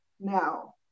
now